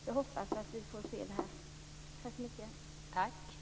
Jag hoppas att vi får se en förändring.